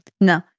no